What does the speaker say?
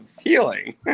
healing